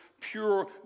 pure